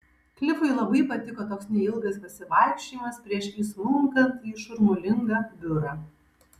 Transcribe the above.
klifui labai patiko toks neilgas pasivaikščiojimas prieš įsmunkant į šurmulingą biurą